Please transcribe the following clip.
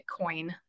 Bitcoin